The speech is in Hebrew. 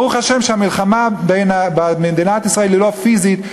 ברוך השם שהמלחמה במדינת ישראל היא לא פיזית,